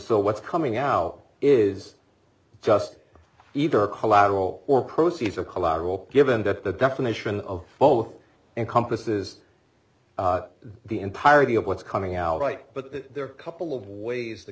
so what's coming out is just either collateral or proceeds of collateral given that the definition of both encompasses the entirety of what's coming out right but there are couple of ways the